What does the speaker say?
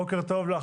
בוקר טוב לך,